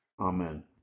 Amen